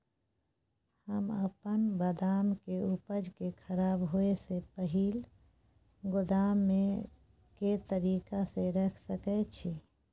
हम अपन बदाम के उपज के खराब होय से पहिल गोदाम में के तरीका से रैख सके छी?